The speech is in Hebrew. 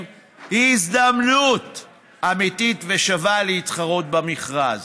הזדמנות אמיתית ושווה להתחרות במכרז.